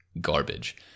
garbage